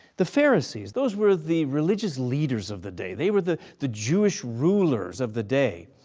the pharisees, those were the religious leaders of the day. they were the the jewish rulers of the day.